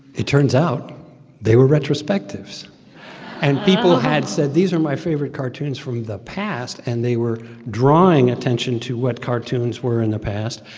it turns out they were retrospectives oh and people had said, these are my favorite cartoons from the past, and they were drawing attention to what cartoons were in the past.